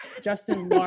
Justin